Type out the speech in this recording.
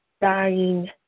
dying